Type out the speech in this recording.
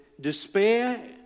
Despair